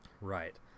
Right